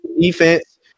defense